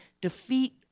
defeat